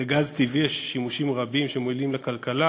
לגז טבעי יש שימושים רבים שמועילים לכלכלה.